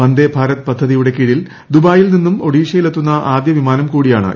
വന്ദേ ഭാരത് പദ്ധതിയുടെ കീഴിൽ ദുബായിയിൽ നിന്ന് ഒഡീഷയിലെത്തുന്ന ആദ്യ വിമാനം കൂടിയാണ് ഇത്